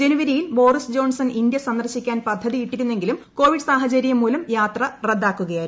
ജനുവരിയിൽ Boris Johnson India സന്ദർശിക്കാൻ പദ്ധതി ഇട്ടിരുന്നെങ്കിലും കോവിഡ് സാഹചര്യം മൂലം യാത്ര റദ്ദാക്കുകയായിരുന്നു